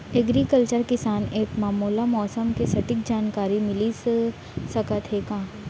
Agriculture किसान app मा मोला मौसम के सटीक जानकारी मिलिस सकत हे का?